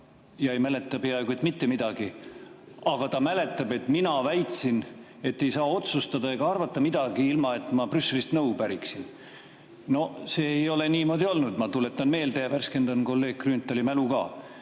ja ei mäleta peaaegu mitte midagi, aga ta mäletab, et mina väitsin, et ei saa otsustada ega arvata midagi, ilma et ma Brüsselist nõu päriksin. No see ei ole niimoodi olnud. Ma tuletan meelde ja värskendan kolleeg Grünthali mälu ka.